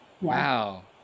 Wow